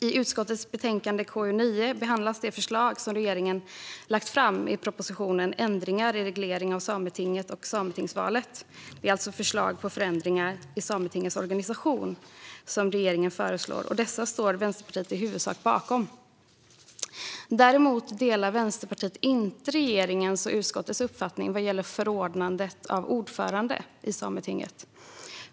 I utskottets betänkande KU9 behandlas de förslag som regeringen lagt fram i propositionen Ändringar i reglering av Sametinget och sametingsvalet . Det är alltså förslag på förändringar i Sametingets organisation som regeringen föreslår, och dessa står Vänsterpartiet i huvudsak bakom. Däremot delar Vänsterpartiet inte regeringens och utskottets uppfattning vad gäller förordnandet av ordförande i Sametinget.